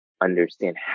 understand